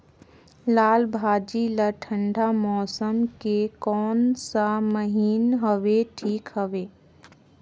लालभाजी ला ठंडा मौसम के कोन सा महीन हवे ठीक हवे?